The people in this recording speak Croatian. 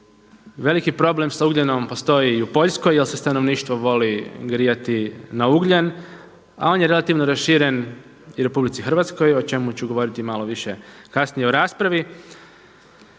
Veliki problem sa ugljenom postoji i u Poljskoj jer se stanovništvo voli grijati na ugljen a on je relativno raširen i u RH o čemu ću govoriti manje-više kasnije u raspravi.